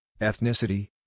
ethnicity